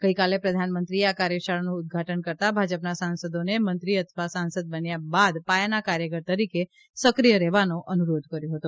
ગઇકાલે પ્રધાનમંત્રીએ આ કાર્યશાળાનું ઉદ્ઘાટન કરતા ભાજપના સાંસદોને મંત્રી અથવા સાંસદ બન્યા બાદ પાયાના કાર્યકર તરીકે સક્રિય રહેવાનો અનુરોધ કર્યો હતો